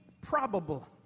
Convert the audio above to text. probable